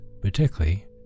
particularly